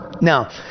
Now